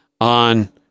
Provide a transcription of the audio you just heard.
on